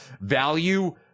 value